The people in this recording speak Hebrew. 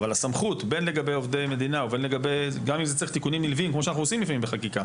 גם אם זה צריך תיקונים נלווים כמו שאנחנו עושים לפעמים בחקיקה,